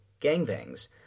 gangbangs